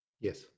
Yes